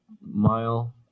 mile